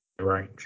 range